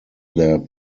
their